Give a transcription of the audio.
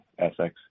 SX